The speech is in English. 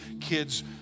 kids